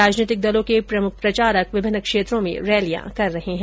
राजनीतिक दलों के प्रमुख प्रचारक विभिन्न क्षेत्रों में रैलियां कर रहे हैं